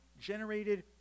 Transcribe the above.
generated